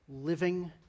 living